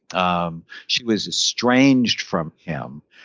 um she was estranged from him.